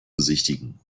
besichtigen